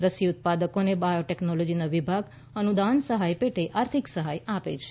રસી ઉત્પાદકોને બાયોટેકનોલોજી વિભાગ અનુદાન સહાય પેટે આર્થિક સહાય આપે છે